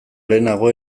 lehenago